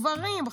גברים,